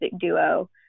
duo